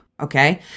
okay